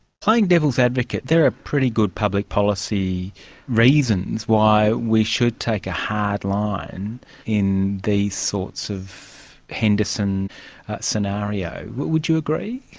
playing devil's advocate, there are pretty good public policy reasons why we should take a hard line in these sorts of henderson scenarios, would you agree?